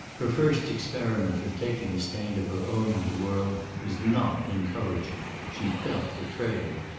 her first experiment at taking a stand of her own in the world was not encouraging. she felt betrayed.